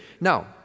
now